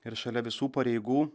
ir šalia visų pareigų